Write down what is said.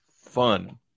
fun